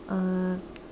uh